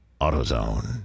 AutoZone